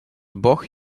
бог